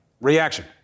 reaction